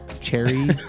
cherry